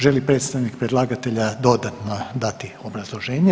Želi li predstavnik predlagatelja dodatno dati obrazloženje?